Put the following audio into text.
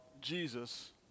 Jesus